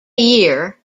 year